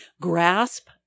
grasp